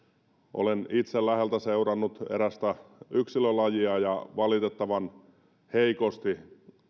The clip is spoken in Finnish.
olen itse läheltä seurannut erästä yksilölajia ja valitettavan heikosti